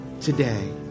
today